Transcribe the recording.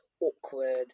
awkward